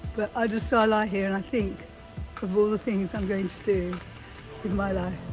but i just so ah lie here and i think of all the things i'm going to do with my